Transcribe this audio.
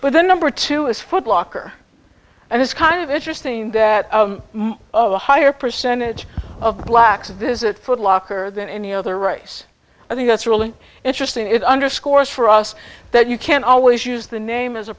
but the number two is footlocker and it's kind of interesting that of a higher percentage of blacks this is a foot locker than any other race i think that's really interesting it underscores for us that you can always use the name as a